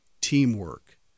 teamwork